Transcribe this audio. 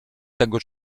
tego